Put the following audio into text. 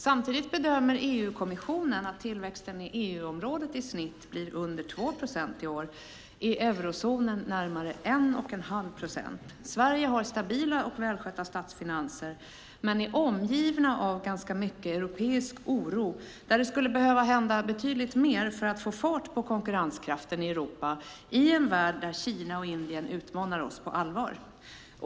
Samtidigt bedömer EU-kommissionen att tillväxten i EU-området i snitt blir under 2 procent i år och i eurozonen närmare 1 1⁄2 procent. Sverige har stabila och välskötta statsfinanser men är omgiven av ganska mycket europeisk oro. Det skulle behöva hända betydligt mer för att få fart på konkurrenskraften i Europa i en värld där Kina och Indien utmanar oss på allvar.